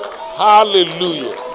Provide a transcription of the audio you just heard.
Hallelujah